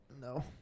No